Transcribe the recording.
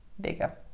Bigger